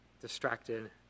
distracted